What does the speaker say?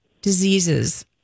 diseases